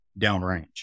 downrange